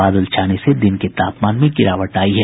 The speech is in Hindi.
बादल छाने से दिन के तापमान में गिरावट आयी है